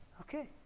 Okay